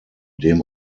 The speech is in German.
dem